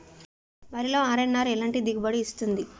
వరిలో అర్.ఎన్.ఆర్ ఎలాంటి దిగుబడి ఇస్తుంది?